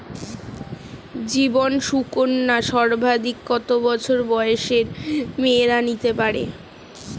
জীবন সুকন্যা সর্বাধিক কত বছর বয়সের মেয়েরা নিতে পারে?